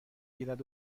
گیرد